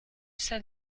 said